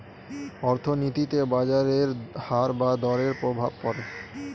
অর্থনীতিতে বাজারের হার বা দরের প্রভাব পড়ে